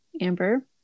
Amber